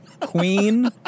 Queen